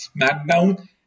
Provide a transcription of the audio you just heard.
Smackdown